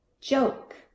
joke